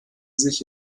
sich